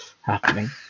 happening